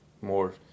more